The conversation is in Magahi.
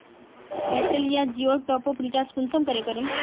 एयरटेल या जियोर टॉप आप रिचार्ज कुंसम करे करूम?